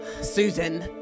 Susan